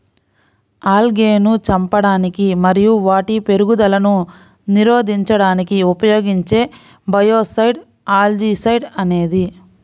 ఆల్గేను చంపడానికి మరియు వాటి పెరుగుదలను నిరోధించడానికి ఉపయోగించే బయోసైడ్ ఆల్జీసైడ్ అనేది